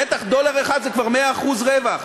בטח דולר אחד זה כבר 100% רווח.